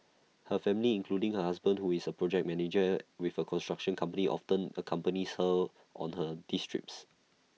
her family including her husband who is A project manager with A construction company often accompanies her on her D trips